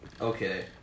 okay